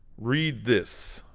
read this,